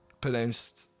Pronounced